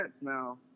now